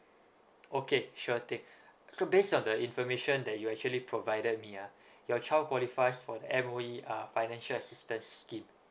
okay sure thing so based on the information that you actually provided me ah your child qualifies for the M_O_E uh financial assistance scheme